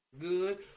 good